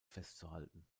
festzuhalten